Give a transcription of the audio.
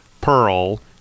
Pearl